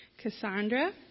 Cassandra